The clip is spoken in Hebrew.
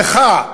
בך,